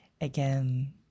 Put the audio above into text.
again